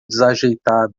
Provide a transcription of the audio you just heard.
desajeitada